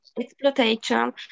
exploitation